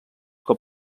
com